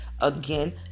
again